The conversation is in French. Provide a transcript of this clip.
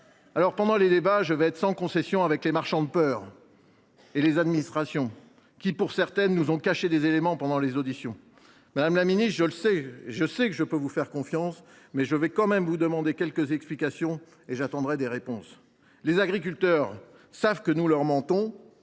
besoin. Pendant les débats, je serai sans concession avec les marchands de peur et avec les administrations, d’autant que certaines d’entre elles nous ont caché des éléments pendant les auditions. Madame la ministre, je sais que je peux vous faire confiance, mais je vous demanderai tout de même quelques explications et j’attendrai des réponses. Les agriculteurs savent que nous leur mentons,